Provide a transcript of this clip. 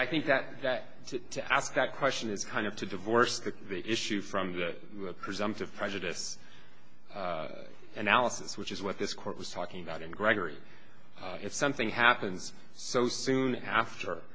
i think that that to ask that question is kind of to divorce the issue from the presumptive prejudice analysis which is what this court was talking about and gregory if something happens so soon